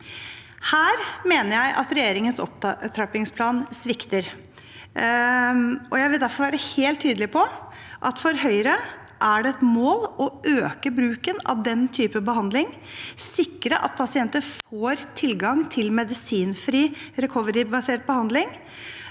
Her mener jeg at regjeringens opptrappingsplan svikter, og jeg vil derfor være helt tydelig på at for Høyre er det et mål å øke bruken av den type behandling og sikre at pasienter får tilgang til medisinfri «recovery»-basert behandling.